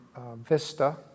Vista